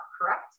correct